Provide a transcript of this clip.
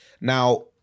Now